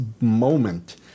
moment